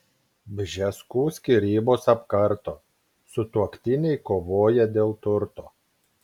bžeskų skyrybos apkarto sutuoktiniai kovoja dėl turto